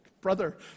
brother